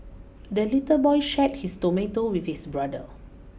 the little boy shared his tomato with his brother